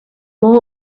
more